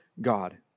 God